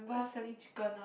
boss selling chicken one